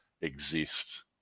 exist